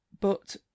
but